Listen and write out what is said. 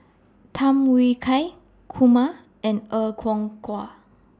Tham Yui Kai Kumar and Er Kwong Wah